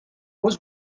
was